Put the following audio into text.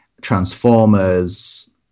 Transformers